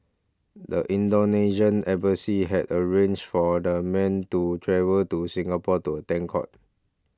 the Indonesian embassy had arranged for the men to travel to Singapore to attend court